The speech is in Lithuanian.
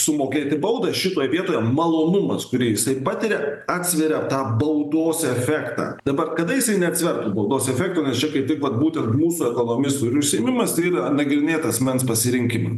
sumokėti baudą šitoj vietoj malonumas kurį jisai patiria atsveria tą baudos efektą dabar kada jisai neatsvertų baudos efekto nes čia kaip tik vat būtent musų ekonomistų ir užsiėmimas tai yra nagrinėt asmens pasirinkimą